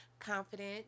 confident